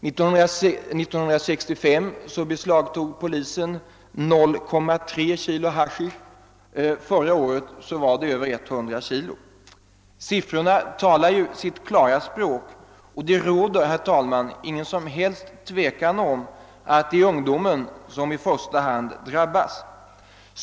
År 1965 beslagtog polisen 0,3 kilo haschisch; förra året beslagtogs över 100 kilo. Siffrorna talar sitt klara språk, och det råder inget som helst tvivel om att det är ungdomen som i första hand drabbats.